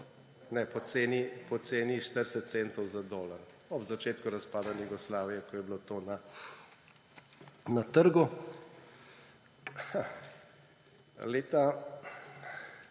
po ceni 40 centov za dolar ob začetku razpada Jugoslavije, ko je bilo to na trgu. Leta